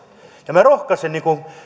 minä rohkaisen